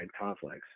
conflicts